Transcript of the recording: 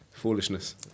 Foolishness